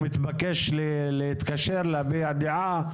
הוא מתבקש להתקשר להביע דעה.